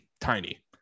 Tiny